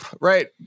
right